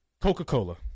Coca-Cola